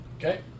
Okay